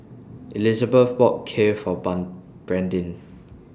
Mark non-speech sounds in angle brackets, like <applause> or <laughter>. Elisabeth bought Kheer For <unintelligible> Brandyn